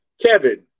Kevin